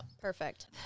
Perfect